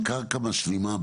אבל אתה יודע שקרקע משלימה,